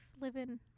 living